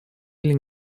или